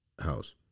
house